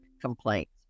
complaints